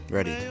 Ready